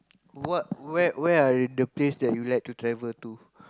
what where where are the place that you like to travel to